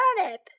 turnip